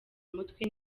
mutwe